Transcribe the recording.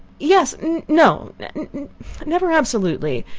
yes no never absolutely.